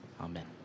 Amen